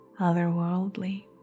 otherworldly